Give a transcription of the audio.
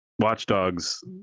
Watchdog's